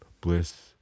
bliss